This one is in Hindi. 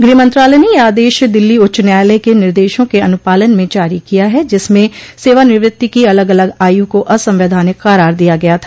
गृह मंत्रालय ने यह आदेश दिल्ली उच्च न्यायालय के निर्देशों के अनुपालन में जारी किया है जिसमें सेवानिवत्ति की अलग अलग आयु को असंवैधानिक करार दिया गया था